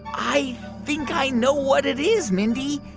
i think i know what it is, mindy.